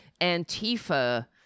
Antifa